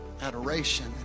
adoration